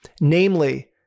namely